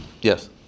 Yes